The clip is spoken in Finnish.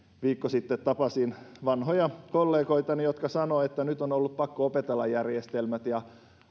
viikko sitten tapasin vanhoja kollegoitani jotka sanoivat että nyt on ollut pakko opetella järjestelmät ja